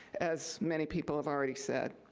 as many people have already said.